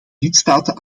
lidstaten